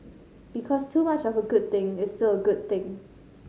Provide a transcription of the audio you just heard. because too much of a good thing is still a good thing